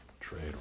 trade